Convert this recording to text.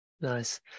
Nice